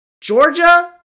Georgia